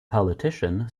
politician